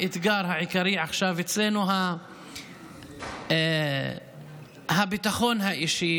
האתגר העיקרי אצלנו עכשיו הוא הביטחון האישי